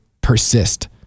Persist